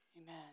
Amen